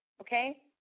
okay